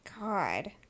God